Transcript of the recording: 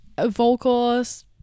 vocals